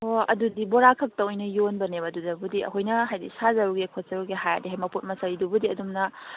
ꯑꯣ ꯑꯗꯨꯗꯤ ꯕꯣꯔꯥꯈꯛꯇ ꯑꯣꯏꯅ ꯌꯣꯟꯕꯅꯦꯕ ꯑꯗꯨꯗꯕꯨꯗꯤ ꯑꯩꯈꯣꯏꯅ ꯍꯥꯏꯗꯤ ꯁꯥꯖꯔꯨꯒꯦ ꯈꯣꯠꯆꯔꯨꯒꯦ ꯍꯥꯏꯔꯗꯤ ꯃꯄꯣꯠ ꯃꯆꯩꯗꯨꯕꯨꯗꯤ ꯑꯗꯨꯝꯅ